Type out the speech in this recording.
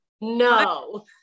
No